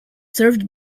served